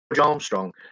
Armstrong